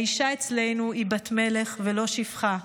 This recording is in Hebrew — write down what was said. האישה אצלנו היא בת מלך ולא שפחה.